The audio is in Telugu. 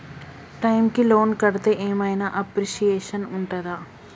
టైమ్ కి లోన్ కడ్తే ఏం ఐనా అప్రిషియేషన్ ఉంటదా?